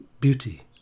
beauty